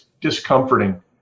discomforting